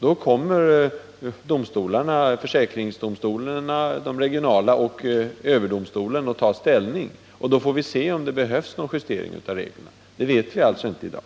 Då kommer försäkringsdomstolarna — de regionala och överdomstolen — att ta ställning, och då får vi se om det behövs någon justering av reglerna. Det vet vi alltså inte i dag.